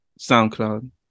SoundCloud